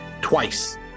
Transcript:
twice